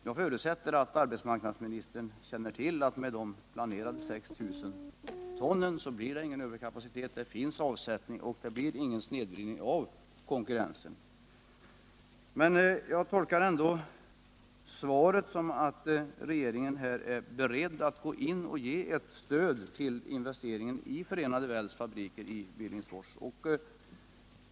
Jag förutsätter att arbetsmarknadsministern känner till att med de 6 000 ton som planerats blir det ingen överkapacitet, det finns avsättningsmöjligheter, och det blir ingen snedvridning av konkurrensen. Jag tolkar ändå svaret som att regeringen är beredd att ge stöd till investeringen i Förenade Wells fabriker i Billingsfors.